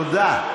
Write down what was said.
תודה.